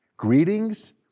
greetings